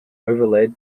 overlaid